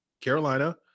Carolina